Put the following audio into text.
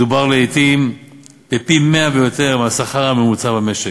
מדובר לעתים בפי-100 ויותר מהשכר הממוצע במשק.